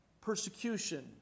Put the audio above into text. persecution